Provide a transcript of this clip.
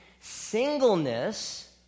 singleness